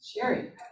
Sherry